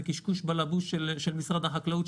זה קשקוש-בלבוש של משרד החקלאות,